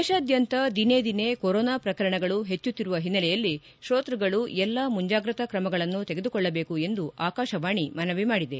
ದೇಶಾದ್ಲಂತ ದಿನೇದಿನೆ ಕೊರೊನಾ ಪ್ರಕರಣಗಳು ಹೆಚ್ಚುತ್ತಿರುವ ಹಿನ್ನೆಲೆಯಲ್ಲಿ ಶೋತೃಗಳು ಎಲ್ಲಾ ಮುಂಜಾಗ್ರತಾ ಕ್ರಮಗಳನ್ನು ತೆಗೆದುಕೊಳ್ಳಬೇಕು ಎಂದು ಆಕಾಶವಾಣಿ ಮನವಿ ಮಾಡಿದೆ